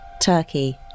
Turkey